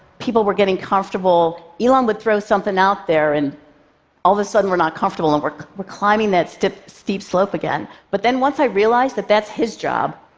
people were getting comfortable, elon would throw something out there, and all of a sudden, we're not comfortable and we're climbing that steep steep slope again. but then once i realized that that's his job,